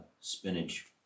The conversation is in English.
spinach